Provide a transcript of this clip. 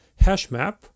HashMap